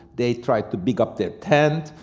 they tried to dig up their tent,